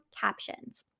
captions